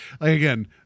again